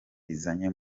izanye